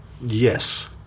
Yes